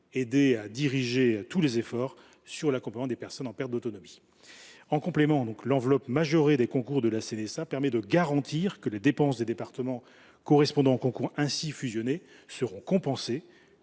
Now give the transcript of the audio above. et diriger tous nos efforts vers l’accompagnement des personnes en perte d’autonomie. En complément, l’enveloppe majorée des concours de la CNSA permet de garantir que les dépenses correspondant aux concours ainsi fusionnés seront compensées,